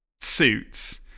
suits